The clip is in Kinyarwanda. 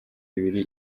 bibiri